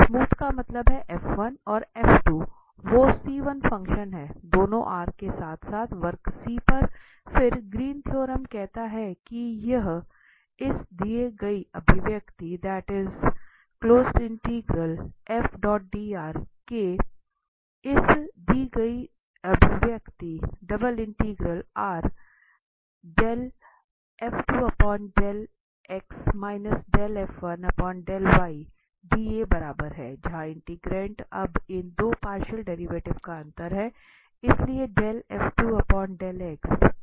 smooth का मतलब है और वो फंक्शन हैं दोनों R के साथ साथ वक्र C पर फिर ग्रीन थ्योरम कहता है कि यह के बराबर है जहां इंटीग्रैंट अब इन 2 पार्शियल डेरिवेटिव का अंतर है इसलिए और